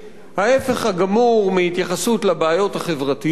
ההיפך הגמור מהתייחסות לבעיות החברתיות,